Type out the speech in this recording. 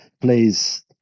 plays